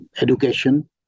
education